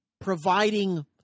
providing